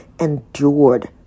endured